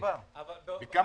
והיא נבחנת כרגע אצלנו.